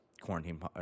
quarantine